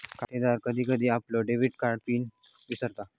खातेदार कधी कधी आपलो डेबिट कार्ड पिन विसरता